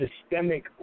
systemic